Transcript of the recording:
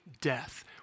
death